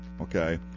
Okay